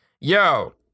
Yo